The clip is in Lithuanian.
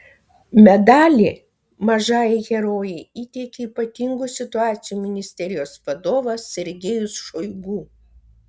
medalį mažajai herojei įteikė ypatingų situacijų ministerijos vadovas sergejus šoigu